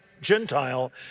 Gentile